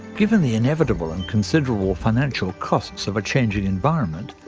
given the inevitable and considerable financial costs of a changing environment,